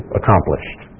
accomplished